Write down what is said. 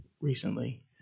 recently